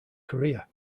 career